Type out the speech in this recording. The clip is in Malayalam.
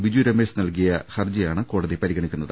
ബിജു രമേശ് നൽകിയ ഹർജിയാണ് കോടതി പരിഗണിക്കുന്നത്